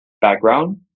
background